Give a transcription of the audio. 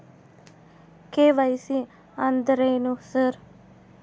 KYC ಅಂದ್ರೇನು sir?